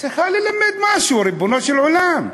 צריכה ללמד משהו, ריבונו של עולם.